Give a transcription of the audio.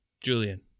Julian